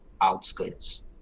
outskirts